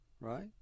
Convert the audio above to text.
right